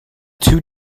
two